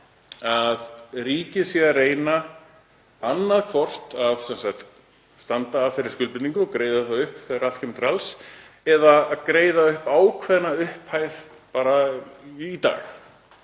að ríkið sé að reyna annaðhvort að standa undir þeirri skuldbindingu og greiða það upp eða greiða upp ákveðna upphæð bara í dag